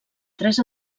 tres